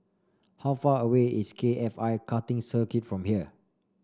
how far away is K F I Karting Circuit from here